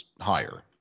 higher